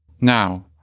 Now